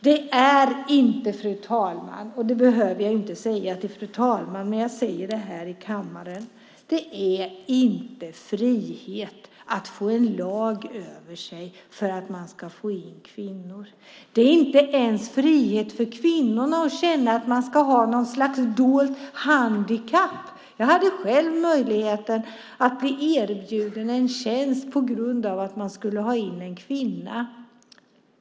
Det är inte, fru talman, och det behöver jag inte säga till fru talman men jag säger det här i kammaren, frihet att få en lag över sig för att få in kvinnor. Det är inte ens frihet för oss kvinnor att känna att vi ska ha något slags dolt handikapp. Jag hade själv möjligheten att bli erbjuden en tjänst på grund av att man skulle ha in en kvinna.